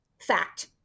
fact